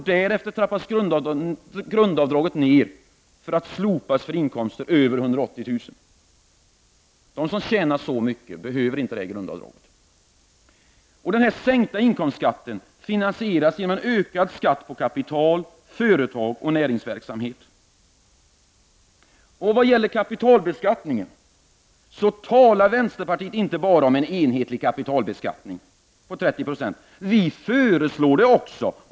Därefter trappas grundavdraget ned för att slopas för inkomster över 180 000 kr. De som tjänar så mycket behöver inte detta grundavdrag. Denna sänkning av inkomstskatten finansieras genom en ökad skatt på kapital, företag och näringsverksamhet. När det gäller kapitalbeskattningen talar vänsterpartiet inte bara om enhetlig kapitalbeskattning på 30 96, vi föreslår det också.